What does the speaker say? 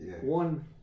One